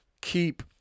keep